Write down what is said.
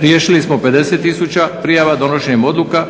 Riješili smo 50 tisuća prijava donošenjem odluka,